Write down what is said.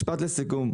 משפט לסיכום,